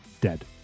dead